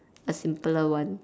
a simpler one